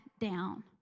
down